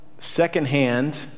Second-hand